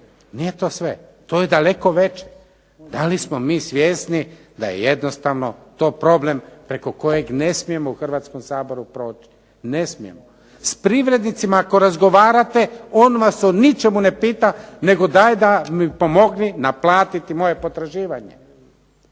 nije to sve, to je daleko veće. Da li smo mi svjesni da je jednostavno to problem preko kojeg ne smijemo u Hrvatskom saboru proći, ne smijemo. S privrednicima ako razgovarate on vas o ničemu ne pita nego daj mi pomogni naplatiti moje potraživanje.